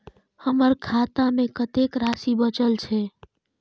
हमर खाता में कतेक राशि बचल छे?